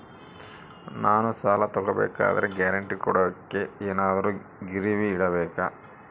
ನಾನು ಸಾಲ ತಗೋಬೇಕಾದರೆ ಗ್ಯಾರಂಟಿ ಕೊಡೋಕೆ ಏನಾದ್ರೂ ಗಿರಿವಿ ಇಡಬೇಕಾ?